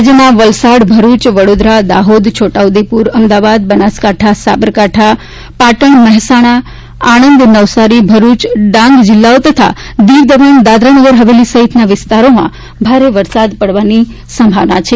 રાજયના વલસાડ ભરૂચ વડોદરા દાહોદ છોટા ઉદેપુર અમદાવાદ બનાસકાંઠા સાબરકાંઠા પાટણ મહેસાણા આણંદ નવસારી ભરૂચ ડાંગ જીલ્લાઓ તથા દીવ દમણ દાદરાનગર હવેલી સહિતના વિસ્તારોમાં ભારે વરસાદની સંભાવના છે